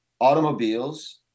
automobiles